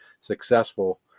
successful